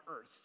earth